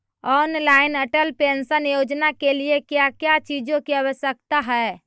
Online Atal pension योजना के लिए क्या क्या चीजों की आवश्यकता है?